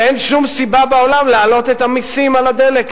ואין שום סיבה בעולם להעלות את המסים על הדלק.